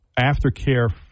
Aftercare